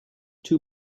too